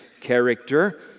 character